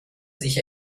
sich